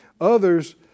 Others